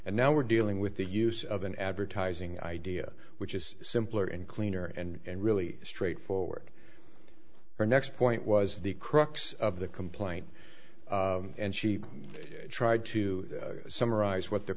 and now we're dealing with the use of an advertising idea which is simpler and cleaner and really straightforward her next point was the crux of the complaint and she tried to summarise what the